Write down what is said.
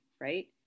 right